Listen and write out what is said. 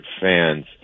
fans